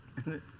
isn't it